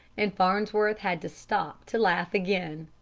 and farnsworth had to stop to laugh again.